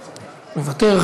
מוותר,